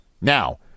Now